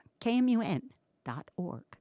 KMUN.org